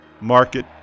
Market